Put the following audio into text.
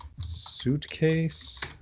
suitcase